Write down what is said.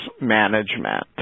management